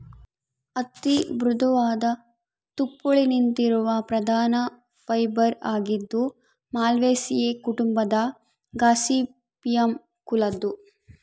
ಹತ್ತಿ ಮೃದುವಾದ ತುಪ್ಪುಳಿನಂತಿರುವ ಪ್ರಧಾನ ಫೈಬರ್ ಆಗಿದ್ದು ಮಾಲ್ವೇಸಿಯೇ ಕುಟುಂಬದ ಗಾಸಿಪಿಯಮ್ ಕುಲದ್ದು